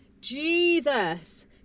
Jesus